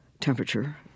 temperature